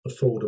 affordable